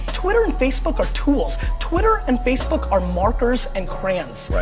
twitter and facebook are tools. twitter and facebook are markers and crayons.